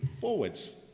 forwards